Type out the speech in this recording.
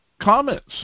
comments